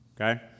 okay